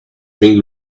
been